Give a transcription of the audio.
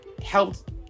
helped